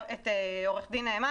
ועו"ד נאמן.